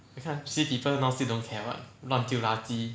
你看 see people now still don't care [what] 乱丢垃圾